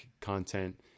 content